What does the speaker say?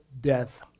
death